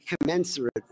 commensurate